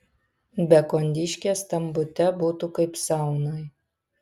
be kondiškės tam bute būtų kaip saunoj